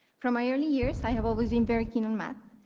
from my early years, i have always been very keen on math,